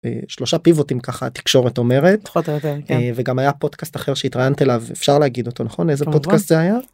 שלושה פיבוטים ככה התקשורת אומרת וגם היה פודקאסט אחר שהתראיינת אליו אפשר להגיד אותו נכון איזה פודקאסט זה היה.